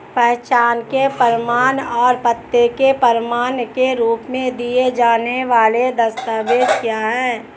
पहचान के प्रमाण और पते के प्रमाण के रूप में दिए जाने वाले दस्तावेज क्या हैं?